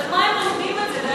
סליחה, דרך מה הם לומדים את זה?